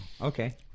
okay